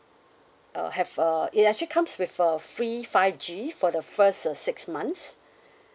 uh have a it actually comes with a free five G for the first uh six months